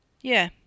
Yeah